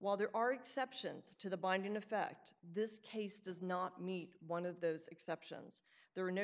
while there are exceptions to the binding effect this case does not meet one of those exceptions there are no